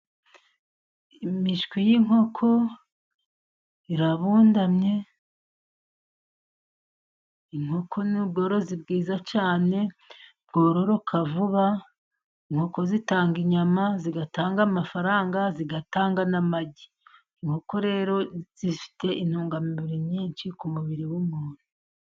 Imishwi y'inkoko irabundamye, inkoko ni ubworozi bwiza cyane bwororoka vuba. Inkoko zitanga inyama, zitanga amafaranga, zigatanga n'amagi. Inkoko rero zifite intungamubiri nyinshi ku mubiri w'umuntu.